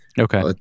Okay